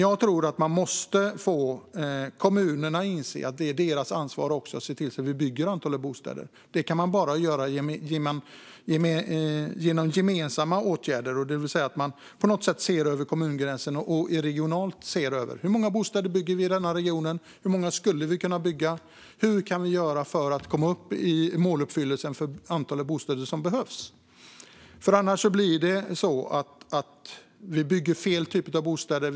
Jag tror att man måste få kommunerna att inse att det är deras ansvar att se till att vi bygger bostäder. Det kan man bara göra genom gemensamma åtgärder, det vill säga att man ser vidare än kommungränsen och regionalt ser på hur många bostäder man bygger, hur många man skulle kunna bygga och hur man kan göra för att uppnå måluppfyllelse för det antal bostäder som behövs. Annars bygger vi fel typ av bostäder.